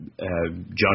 John